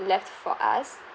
left for us